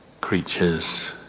creatures